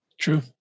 True